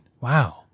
Wow